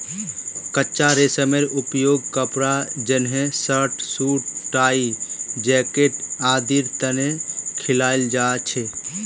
कच्चा रेशमेर उपयोग कपड़ा जंनहे शर्ट, सूट, टाई, जैकेट आदिर तने कियाल जा छे